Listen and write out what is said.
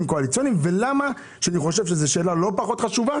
קואליציוניים ולמה וזאת שאלה שאני חושב שהיא לא פחות חשובה